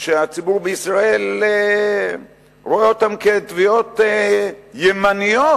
שהציבור בישראל רואה אותן כתביעות ימניות.